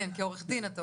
כעורך דין אתה אומר?